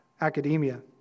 academia